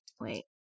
Wait